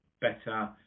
better